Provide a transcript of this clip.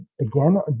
again